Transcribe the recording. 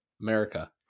America